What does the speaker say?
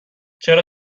چرا